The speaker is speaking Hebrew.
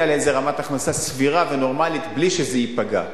לרמת הכנסה סבירה ונורמלית בלי שזה ייפגע.